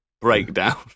breakdown